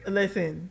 listen